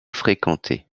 fréquentée